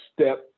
step